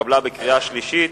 התקבלה בקריאה שלישית,